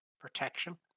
protection